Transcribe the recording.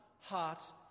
heart